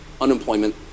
Unemployment